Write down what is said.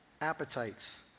appetites